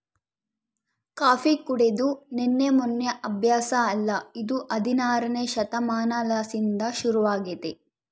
coffee ಕುಡೆದು ನಿನ್ನೆ ಮೆನ್ನೆ ಅಭ್ಯಾಸ ಅಲ್ಲ ಇದು ಹದಿನಾರನೇ ಶತಮಾನಲಿಸಿಂದ ಶುರುವಾಗೆತೆ